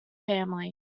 family